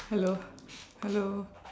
hello hello